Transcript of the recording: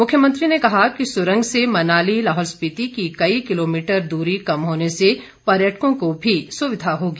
मुख्यमंत्री ने कहा कि सुरंग से मनाली लाहौल स्पीति की कई किलोमीटर दूरी कम होने से पर्यटकों को भी सुविधा होगी